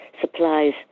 supplies